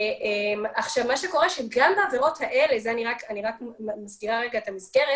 גם בעבירות האלה אני רק מזכירה רגע את המסגרת